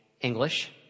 English